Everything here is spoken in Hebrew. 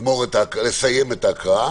לסיים את ההקראה,